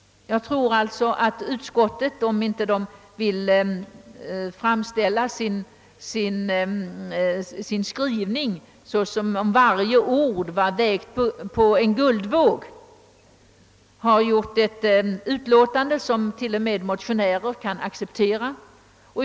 Jag tror alltså att utskottet — om man inte vill framställa varje ord i skrivningen som vägt på guldvåg — har åstadkommit ett utlåtande som t.o.m. motionärerna kan acceptera.